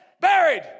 buried